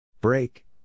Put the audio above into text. Break